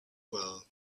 well